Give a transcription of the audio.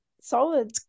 solid